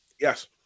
Yes